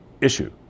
issue